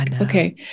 Okay